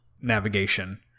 navigation